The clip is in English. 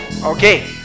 okay